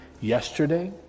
yesterday